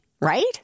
right